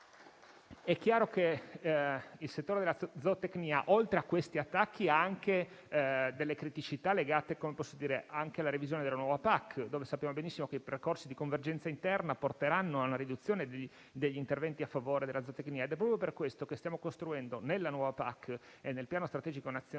è chiaro che il settore della zootecnia, oltre a questi attacchi, presenta anche delle criticità legate alla revisione della nuova PAC; sappiamo benissimo che i percorsi di convergenza interna porteranno a una riduzione degli interventi a favore della zootecnia. È proprio per questo che stiamo costruendo, nella nuova PAC e nel Piano strategico nazionale,